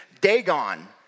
Dagon